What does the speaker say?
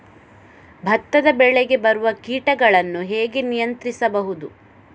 ಭತ್ತದ ಬೆಳೆಗೆ ಬರುವ ಕೀಟಗಳನ್ನು ಹೇಗೆ ನಿಯಂತ್ರಿಸಬಹುದು?